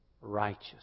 righteous